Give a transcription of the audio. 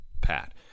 Pat